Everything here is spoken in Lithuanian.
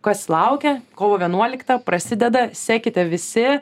kas laukia kovo vienuoliktą prasideda sekite visi